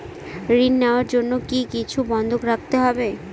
ঋণ নেওয়ার জন্য কি কিছু বন্ধক রাখতে হবে?